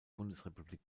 bundesrepublik